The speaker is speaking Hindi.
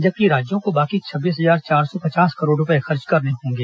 जबकि राज्यों को बाकी छब्बीस हजार चार सौ पचास करोड रूपये खर्च करने होंगे